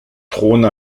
trône